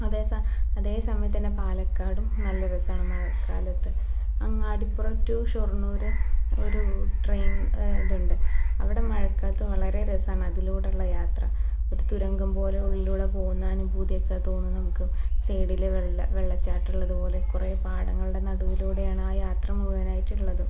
അതെ അതേസമയത്ത് തന്നെ പാലക്കാടും നല്ല രസമാണ് മഴക്കാലത്ത് അങ്ങാടിപ്പുറം ടു ഷൊർണൂർ ഒരു ട്രെയിൻ ഇതുണ്ട് അവിടെ മഴക്കാലത്ത് വളരെ രസമാണ് അതിലൂടുള്ള യാത്ര ഒരു തുരങ്കം പോലെ ഉള്ളിലൂടെ പോകുന്ന അനുഭൂതിയൊക്കെ തോന്നും നമുക്ക് സൈഡിലെ വെള്ള വെള്ളച്ചാട്ടം ഉള്ളതുപോലെ കുറെ പാടങ്ങളുടെ നടുവിലൂടെയാണ് ആ യാത്ര മുഴുവനായിട്ടുള്ളത്